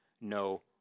no